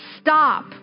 Stop